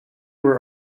were